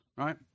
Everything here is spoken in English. Right